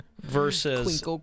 versus